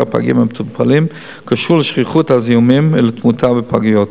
הפגים המטופלים קשור לשכיחות הזיהומים ולתמותה בפגיות.